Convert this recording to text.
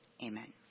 Amen